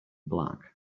black